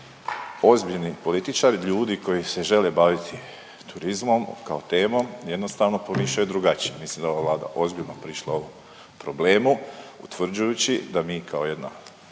Ozbiljni političari, ljudi koji se žele baviti turizmom kao temom jednostavno promišljaju drugačije. Mislim da je ova Vlada ozbiljno prišla ovom problemu utvrđujući da mi kao jedna